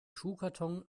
schuhkarton